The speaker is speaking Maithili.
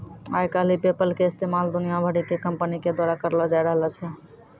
आइ काल्हि पेपल के इस्तेमाल दुनिया भरि के कंपनी के द्वारा करलो जाय रहलो छै